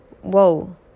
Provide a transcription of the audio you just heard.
whoa